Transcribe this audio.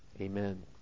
amen